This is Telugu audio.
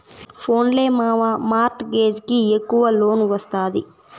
పోన్లే మావా, మార్ట్ గేజ్ కి ఎక్కవ లోన్ ఒస్తాది